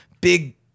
big